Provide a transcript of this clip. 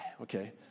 okay